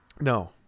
No